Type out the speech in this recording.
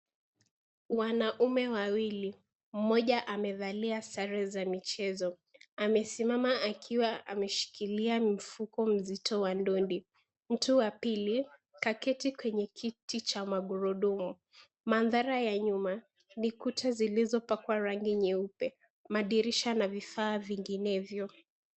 Wanaume wawili, mmoja amevalia sare za michezo. Amesimama akiwa ameshikilia mifugo nzito wa ndondi. Mtu wa pili kaketi kwenye kiti cha magurudumu. Maandhari ya nyuma ni kuta zilizopakwa rangi nyeupe, madirisha na vifaa vinginevyo.